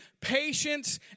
patience